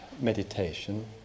meditation